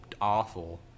awful